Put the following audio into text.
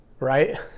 right